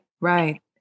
right